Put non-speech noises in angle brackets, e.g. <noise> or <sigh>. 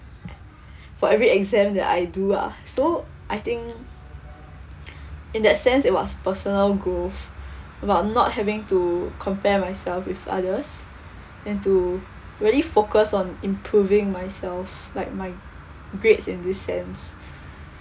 for every exam that I do ah so I think in that sense it was personal growth <breath> about not having to compare myself with others <breath> then to really focus on improving myself like my grades in this sense <breath>